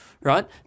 right